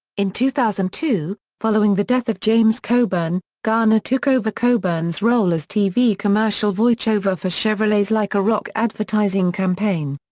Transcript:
in two thousand and two, following the death of james coburn, garner took over coburn's role as tv commercial voiceover for chevrolet's like a rock advertising campaign.